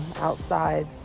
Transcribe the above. outside